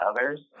others